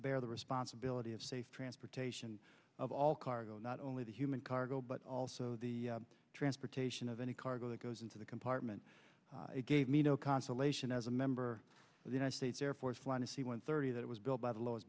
have the responsibility of safe transportation of all cargo not only the human cargo but also the transportation of any cargo that goes into the compartment it gave me no consolation as a member of the united states air force flying a c one thirty that was built by the lowest